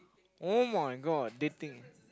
[oh]-my-god dating